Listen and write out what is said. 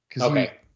Okay